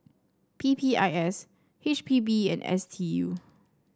P P I S H P B and S T U